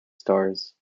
stars